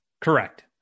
Correct